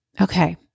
Okay